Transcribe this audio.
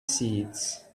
seeds